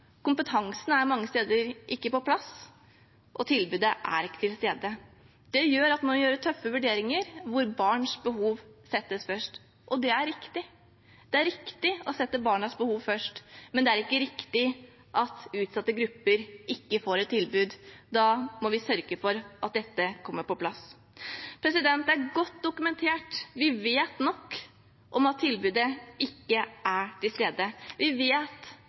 kompetansen er mange steder ikke på plass, og tilbudet er ikke til stede. Det gjør at man må gjøre tøffe vurderinger, der barns behov settes først, og det er riktig. Det er riktig å sette barnas behov først, men det er ikke riktig at utsatte grupper ikke får et tilbud. Da må vi sørge for at dette kommer på plass. Dette er godt dokumentert. Vi vet nok om at tilbudet ikke er til stede. Vi vet at